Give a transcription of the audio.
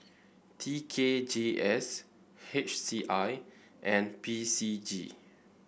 T K G S H C I and P C G